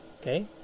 okay